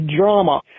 drama